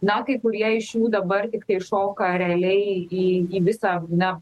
na kai kurie iš jų dabar tiktai šoka realiai į į visą na